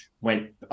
went